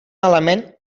element